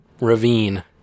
ravine